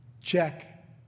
Check